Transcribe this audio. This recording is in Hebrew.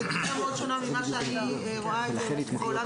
זאת גישה מאוד שונה ממה שאני רואה את זה --- כמובן,